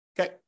Okay